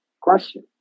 question